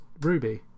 Ruby